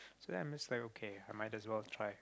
so then I'm just like okay I might as well try